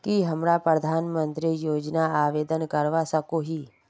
की हमरा प्रधानमंत्री योजना आवेदन करवा सकोही?